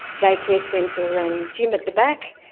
day care centre and gym at the back,